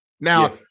Now